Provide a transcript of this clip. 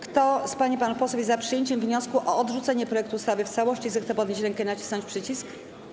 Kto z pań i panów posłów jest za przyjęciem wniosku o odrzucenie projektu ustawy w całości, zechce podnieść rękę i nacisnąć przycisk.